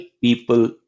people